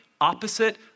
opposite